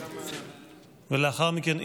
לאחר מכן,